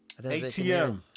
ATM